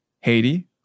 Haiti